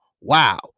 wow